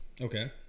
Okay